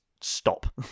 stop